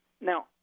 Now